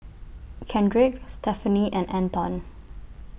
Kendrick Stephanie and Anton